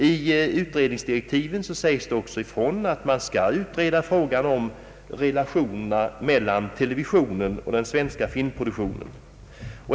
I utredningsdirektiven sägs det också ifrån att man skall utreda frågan om relationerna mellan televisionen och den svenska filmproduktionen.